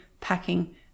packing